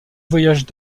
voyage